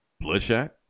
Bloodshot